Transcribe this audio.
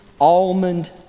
Almond